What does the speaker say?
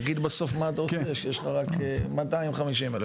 תגיד בסוף מה אתה רוצה, שיש לך רק 250 אלף.